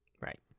Right